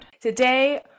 Today